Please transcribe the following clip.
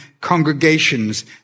congregations